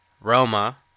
Roma